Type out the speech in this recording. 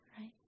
right